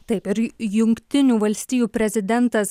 taip ir jungtinių valstijų prezidentas